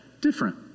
different